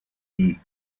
die